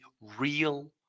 real